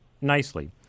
nicely